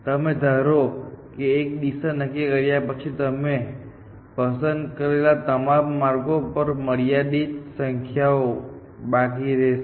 તમે ધારો કે એક દિશા નક્કી કર્યા પછી તમે પસંદ કરેલા તમામ માર્ગો પરથી મર્યાદિત સંખ્યાઓ બાકી રહી જશે